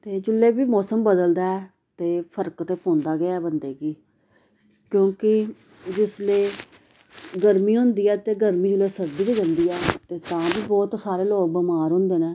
न ते जिसलै बी मौसम बदलदा ऐ ते फर्क ते पौंदा गै ऐ बंदे गी क्योंकि जिसलै गर्मी हुंदी ऐ ते गर्मी जिसलै सर्दी केह् जंदी ऐ ते तां बी बौह्त सारे लोग बमार हुंदे न